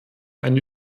eine